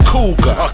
Cougar